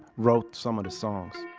wrote some of the songs